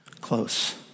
close